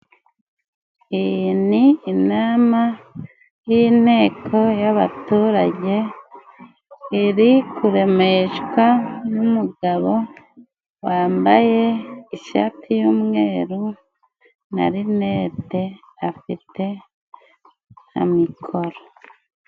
Iyi ni inama y'inteko y'abaturage iri kuremeshwa n'umugabo wambaye ishati y'umweru na rinete, afite na mikoro.